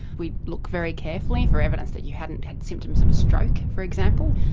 we'd look very carefully for evidence that you hadn't had symptoms of a stroke, for example,